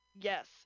Yes